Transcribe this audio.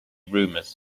rumors